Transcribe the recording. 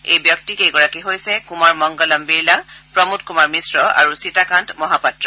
এই ব্যক্তি কেইগৰাকী হৈছে কুমাৰ মংগলম বিৰলা প্ৰমোদ কমাৰ মিশ্ৰ আৰু চিতাকান্ত মহাপাত্ৰ